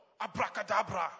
abracadabra